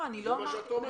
לא אמרתי.